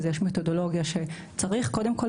אז יש מתודולוגיה: קודם כל,